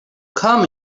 come